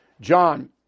John